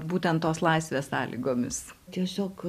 būtent tos laivės sąlygomis tiesiog